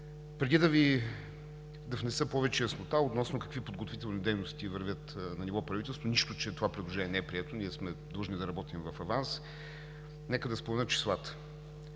Преди да внеса повече яснота относно какви подготвителни дейности вървят на ниво правителство – нищо, че това предложение не е прието, ние сме длъжни да работим в аванс. Нека да спомена числата: